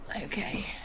okay